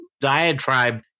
diatribe